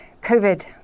COVID